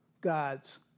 God's